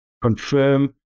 confirm